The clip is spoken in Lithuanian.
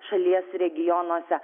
šalies regionuose